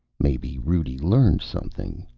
maybe rudi learned something.